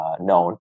known